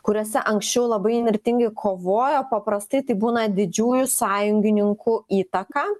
kuriuose anksčiau labai įnirtingai kovojo paprastai tai būna didžiųjų sąjungininkų įtaka